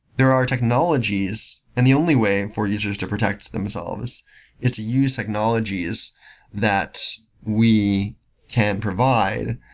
there are technologies and the only way for users to protect themselves is to use technologies that we can provide